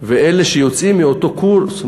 ואלה שיוצאים מאותו קורס,